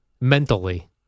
mentally